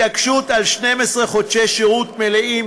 התעקשות על 12 חודשי שירות מלאים,